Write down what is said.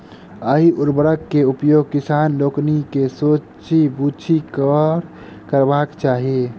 एहि उर्वरक के उपयोग किसान लोकनि के सोचि बुझि कअ करबाक चाही